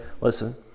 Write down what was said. Listen